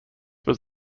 was